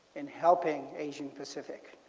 in helping asia pacific.